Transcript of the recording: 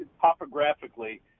topographically